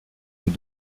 nous